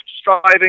striving